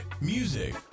music